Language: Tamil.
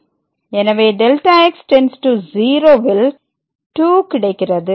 எனவே Δx→0 ல் 2 கிடைக்கிறது